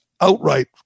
outright